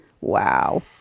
Wow